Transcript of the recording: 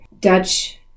Dutch